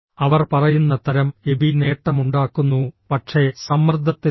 അവർ പറയുന്ന തരം എബി നേട്ടമുണ്ടാക്കുന്നു പക്ഷേ സമ്മർദ്ദത്തിലല്ല